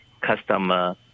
customer